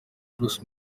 bruce